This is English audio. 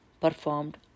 performed